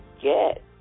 get